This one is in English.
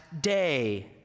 day